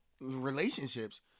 relationships